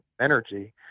energy